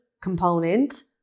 component